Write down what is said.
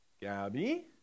Gabby